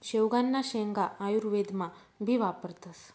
शेवगांना शेंगा आयुर्वेदमा भी वापरतस